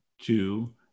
two